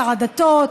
שר הדתות,